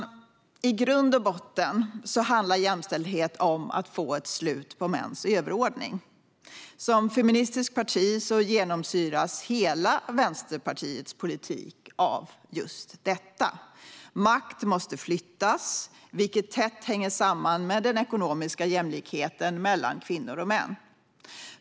I grund och botten handlar jämställdhet om att få ett slut på mäns överordning. Som feministiskt parti genomsyras hela Vänsterpartiets politik av just detta. Makt måste flyttas, vilket tätt hänger samman med den ekonomiska jämlikheten mellan kvinnor och män.